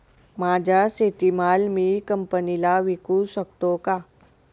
माझा शेतीमाल मी कंपनीला विकू शकतो का?